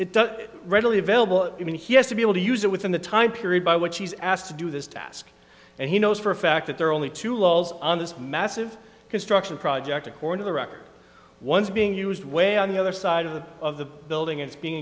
doesn't readily available i mean he has to be able to use it within the time period by which he's asked to do this task and he knows for a fact that there are only two laws on this massive construction project according to the record one is being used way on the other side of the of the building it's being